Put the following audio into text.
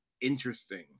interesting